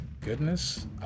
goodness